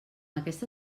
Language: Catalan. aquesta